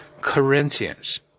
Corinthians